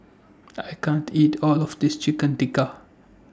I can't eat All of This Chicken Tikka